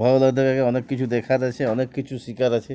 ভালো লাগা থাকে অনেক কিছু দেখার আছে অনেক কিছু শেখার আছে